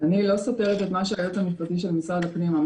אני לא סותרת את מה שאמר היועץ המשפטי של משרד הפנים.